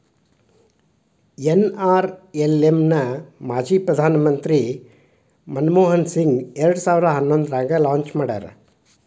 NRLM ನ ಮಾಜಿ ಪ್ರಧಾನ್ ಮಂತ್ರಿ ಮನಮೋಹನ್ ಸಿಂಗ್ ಎರಡ್ ಸಾವಿರ ಹನ್ನೊಂದ್ರಾಗ ಲಾಂಚ್ ಮಾಡ್ಯಾರ